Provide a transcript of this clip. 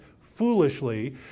foolishly